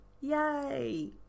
Yay